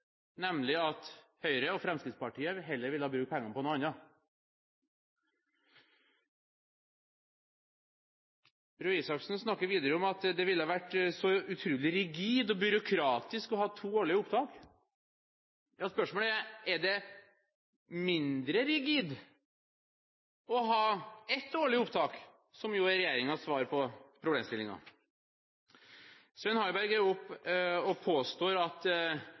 nemlig at Høyre og Fremskrittspartiet heller ville bruke pengene på noe annet. Røe Isaksen snakker videre om at det ville ha vært så utrolig rigid og byråkratisk å ha to årlige opptak. Spørsmålet er om det er mindre rigid å ha ett årlig opptak, som jo er regjeringens svar på problemstillingen. Svein Harberg er oppe på talerstolen og påstår at